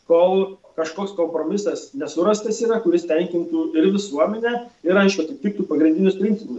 kol kažkoks kompromisas nesurastas yra kuris tenkintų ir visuomenę ir aišku atitiktų pagrindinius principus